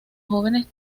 jóvenes